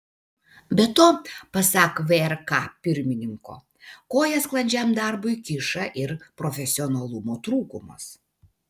be to pasak vrk pirmininko koją sklandžiam darbui kiša ir profesionalumo trūkumas